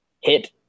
hit